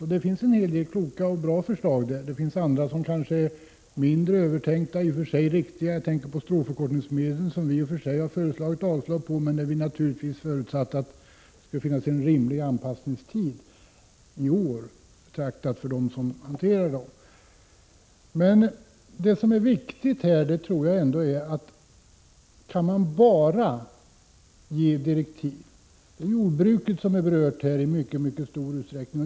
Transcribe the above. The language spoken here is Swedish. En hel del av dem är kloka och bra förslag, medan andra kanske är mindre övertänkta men i och för sig riktiga — jag tänker på förslaget om stråförkortningsmedlen, som vi visserligen har föreslagit avslag på, men vi har då naturligtvis förutsatt en rimlig anpassningstid i år, med tanke på dem som hanterar medlen. Men det viktiga tror jag ändå är om det räcker med att bara ge direktiv. Jordbruket är berört här i mycket stor utsträckning.